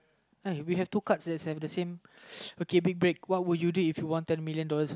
we have two cards the same okay big break what would you do if you won ten million dollars